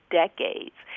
decades